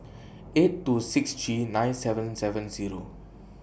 eight two six three nine seven seven Zero